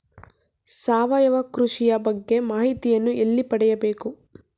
ಸಾವಯವ ಕೃಷಿಯ ಬಗ್ಗೆ ಮಾಹಿತಿಯನ್ನು ಎಲ್ಲಿ ಪಡೆಯಬೇಕು?